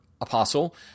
apostle